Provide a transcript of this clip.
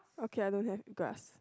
okay I don't have grass